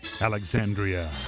Alexandria